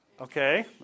okay